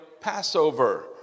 Passover